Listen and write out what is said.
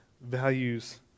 values